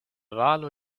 valo